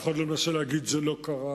אף אחד לא מנסה להגיד: זה לא קרה,